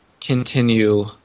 continue